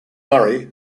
murray